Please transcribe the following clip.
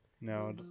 No